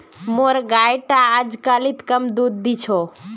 मोर गाय टा अजकालित कम दूध दी छ